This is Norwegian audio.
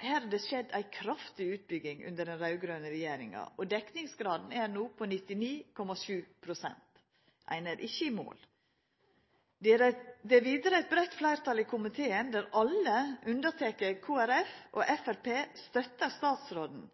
har det skjedd ei kraftig utbygging under den raud-grøne regjeringa, og dekningsgraden er no på 99,7 pst., men ein er ikkje i mål. Det er vidare eit breitt fleirtal i komiteen, der alle unnateke Framstegspartiet og Kristeleg Folkeparti støttar statsråden